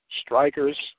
strikers